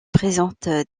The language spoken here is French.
présentent